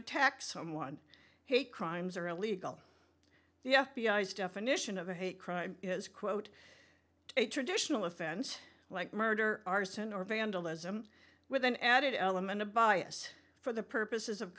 attack someone hate crimes are illegal the f b i s definition of a hate crime is quote a traditional offense like murder arson or vandalism with an added element of bias for the purposes of